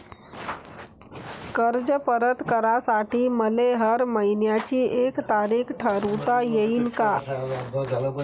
कर्ज परत करासाठी मले हर मइन्याची एक तारीख ठरुता येईन का?